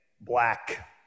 black